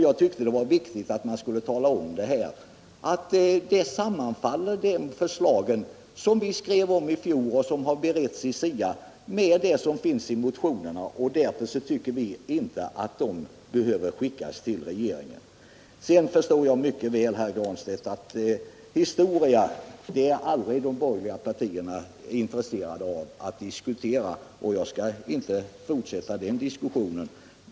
Jag tyckte det var viktigt att här tala om att förslagen som vi skrev om i fjol och som har beretts i SIA sammanfaller med vad som finns i motionerna, och vi tycker därför inte att de behöver skickas till regeringen. Sedan förstår jag mycket väl, herr Granstedt. att de borgerliga partierna aldrig är intresserade av att diskutera historia. Jag skall inte heller fortsätta den diskussionen.